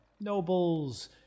nobles